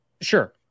Sure